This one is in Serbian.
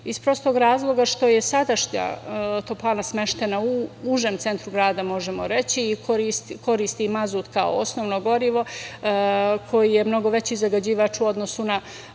iz prostog razloga što je sadašnja toplana smeštena u užem centru grada, možemo reći, i koristi mazut kao osnovno govorimo koji je mnogo veći zagađivač u odnosu na